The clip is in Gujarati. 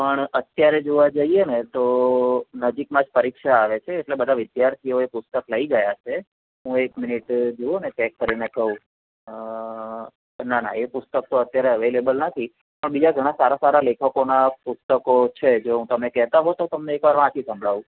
પણ અત્યારે જોવા જઈએ ને તો નજીકમાં જ પરીક્ષા આવે છે એટલે બધાં વિદ્યાર્થીઓ એ પુસ્તક લઈ ગયાં છે હું એક મિનિટ જોઉં અને ચેક કરીને કહું ના ના એ પુસ્તક તો અત્યારે અવેલેબલ નથી પણ બીજા ઘણાં સારા સારા લેખકોના પુસ્તકો છે જો તમે કહેતા હો તો તમને એકવાર વાંચી સંભળાવું